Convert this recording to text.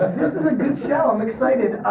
this is a good show, i'm excited.